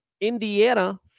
Indiana